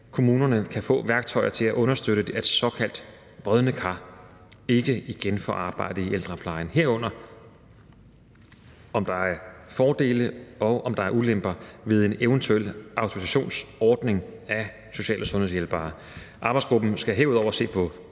kommunerne kan få værktøjer til at understøtte, at såkaldte brodne kar ikke igen får arbejde i ældreplejen, herunder om der er fordele eller ulemper ved en eventuel autorisationsordning for social- og sundhedshjælpere. Arbejdsgruppen skal herudover se på